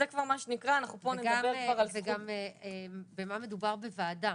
וגם במה מדובר בוועדה?